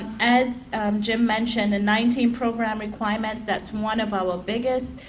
and as jim mentioned the nineteen program requirements, that's one of our biggest